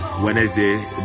Wednesday